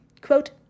quote